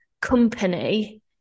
company